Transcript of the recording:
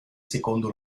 secondo